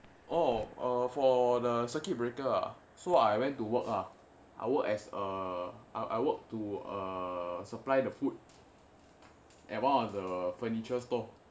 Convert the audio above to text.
orh err for the circuit breaker ah so I went to work ah I work as err I I work to err supply the food at one of the furniture store